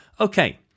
Okay